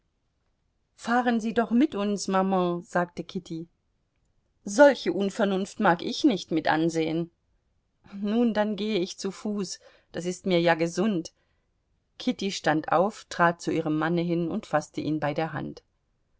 fahren sie doch mit uns maman sagte kitty solche unvernunft mag ich nicht mit ansehen nun dann gehe ich zu fuß das ist mir ja gesund kitty stand auf trat zu ihrem manne hin und faßte ihn bei der hand